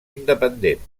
independents